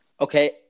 Okay